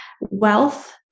wealth